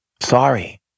Sorry